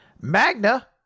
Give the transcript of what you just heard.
Magna